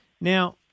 Now